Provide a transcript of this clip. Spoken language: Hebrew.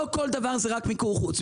לא כל דבר זה רק מיקור חוץ.